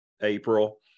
April